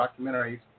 documentaries